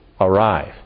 arrive